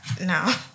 no